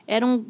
Eram